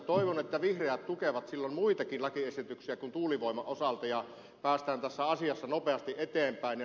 toivon että vihreät tukevat silloin muitakin lakiesityksiä kuin tuulivoiman osalta ja päästään tässä asiassa nopeasti eteenpäin